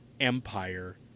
Empire